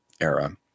era